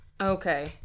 Okay